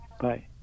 Bye